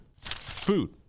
Food